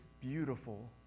beautiful